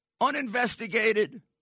uninvestigated